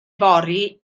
fory